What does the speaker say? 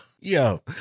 Yo